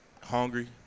hungry